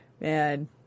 man